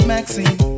Maxine